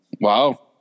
Wow